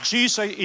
Jesus